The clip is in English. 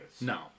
No